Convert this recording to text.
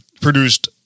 produced